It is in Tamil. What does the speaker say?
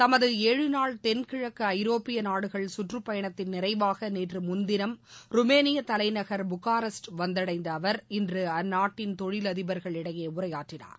தமது ஏழு நாள் தென் கிழக்கு ஐரோப்பிய நாடுகள் சுற்றுப்பயணத்தின் நிறைவாக நேற்று முன்தினம் ருமேனியா தலைநகர் புக்காரெஸ்ட் வந்தடைந்த அவர் இன்று அந்நாட்டின் தொழில் அதிபர்களிடையே உரையாற்றினார்